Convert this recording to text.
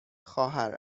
خواهر